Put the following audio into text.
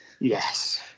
Yes